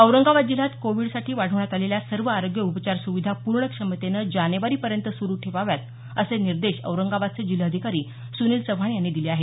औरंगाबाद जिल्ह्यात कोविडसाठी वाढवण्यात आलेल्या सर्व आरोग्य उपचार सुविधा पूर्ण क्षमतेने जानेवारी पर्यंत सुरू ठेवाव्यात असे निर्देश औरंगाबादचे जिल्हाधिकारी सूनील चव्हाण यांनी दिले आहेत